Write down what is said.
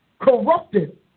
corrupted